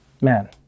man